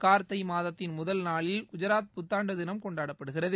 கார்த்தை மாதத்தின் முதல் நாளில் குஜராத் புத்தாண்டு தினம் கொண்டாடப்படுகிறது